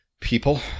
people